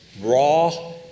raw